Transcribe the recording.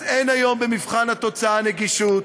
אז במבחן התוצאה, אין היום נגישות.